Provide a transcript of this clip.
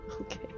Okay